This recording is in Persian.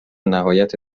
نهایت